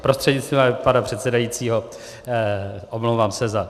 Prostřednictvím pana předsedajícího, omlouvám se za...